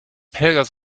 helgas